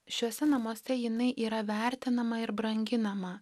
šiuose namuose jinai yra vertinama ir branginama